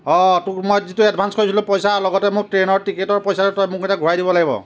তোক মই যিটো এডভাঞ্চ খোজিছিলোঁ পইচা লগতে মোৰ ট্ৰেইনৰ টিকেটৰ পইচাটো এতিয়া তই মোক ঘূৰাই দিব লাগিব